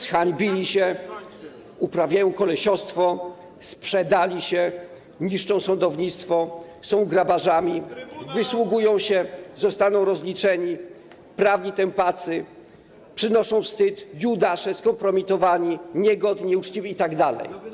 Zhańbili się, uprawiają kolesiostwo, sprzedali się, niszczą sądownictwo, są grabarzami, wysługują się, zostaną rozliczeni, prawni tępacy, przynoszą wstyd, judasze, skompromitowani, niegodni, nieuczciwi itd.